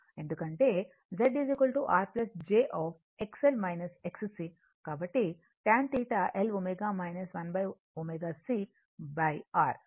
కాబట్టిtan θ Lω 1ω CR